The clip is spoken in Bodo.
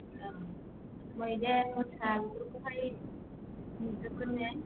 औ मैदेर मोसा बेफोरखौहाय नुजोबगोन ने